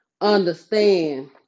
understand